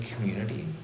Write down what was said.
community